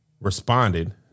responded